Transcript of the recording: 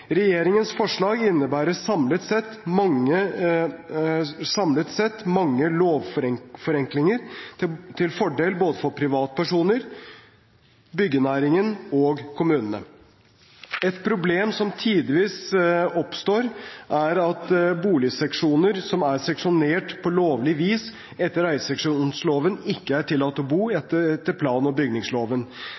Regjeringens forslag innebærer samlet sett mange lovforenklinger, til fordel for både privatpersoner, byggenæringen og kommunene. Et problem som tidvis oppstår, er at boligseksjoner som er seksjonert på lovlig vis etter eierseksjonsloven, ikke er tillatt å bo i etter plan- og bygningsloven.